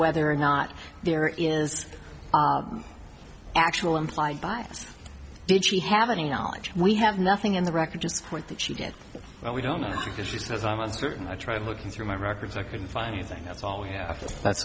whether or not there is actual implied by did she have any knowledge we have nothing in the record just point that she didn't know we don't know because she says i'm uncertain i tried looking through my records i couldn't find anything that's all you know after that